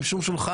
עם שום שולחן.